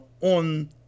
on